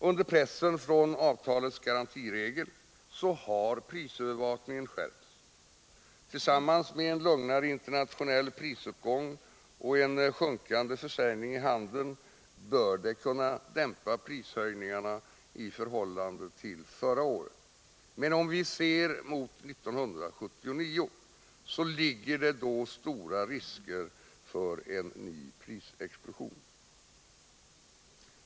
Under pressen från avtalets garantiregel har prisövervakningen skärpts. Tillsammans med en lugnare internationell prisuppgång och sjunkande försäljning i handeln bör det kunna dämpa prishöjningarna i förhållande till förra året. Men om vi ser mot 1979, finner vi att det föreligger stora risker för en ny prisexplosion.